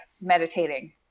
meditating